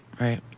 right